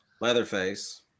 leatherface